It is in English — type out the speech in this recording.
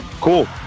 cool